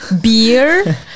beer